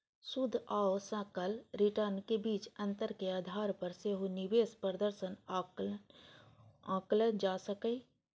शुद्ध आ सकल रिटर्न के बीच अंतर के आधार पर सेहो निवेश प्रदर्शन आंकल जा सकैए